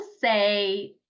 say